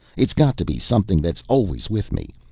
it's got to be something that's always with me,